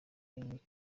yunguka